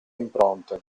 impronte